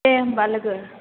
दे होमबा लोगो